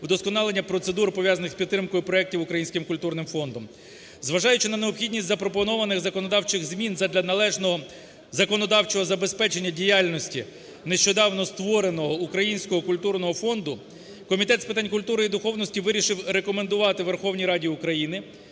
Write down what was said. удосконалення процедур, пов'язаних з підтримкою проектів Українським культурним фондом. Зважаючи на необхідність запропонованих законодавчих змін задля належного законодавчого забезпечення діяльності нещодавно створеного Українського культурного фонду, Комітет з питань культури і духовності вирішив рекомендувати Верховній Раді України